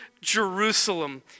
Jerusalem